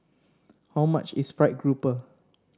how much is fried grouper